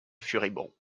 furibond